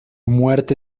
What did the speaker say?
muerte